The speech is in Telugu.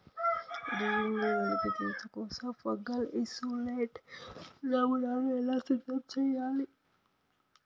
డి.ఎన్.ఎ వెలికితీత కోసం ఫంగల్ ఇసోలేట్ నమూనాను ఎలా సిద్ధం చెయ్యాలి?